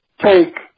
take